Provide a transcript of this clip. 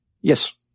Yes